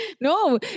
No